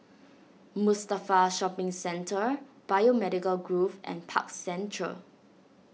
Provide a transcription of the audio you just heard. Mustafa Shopping Centre Biomedical Grove and Park Central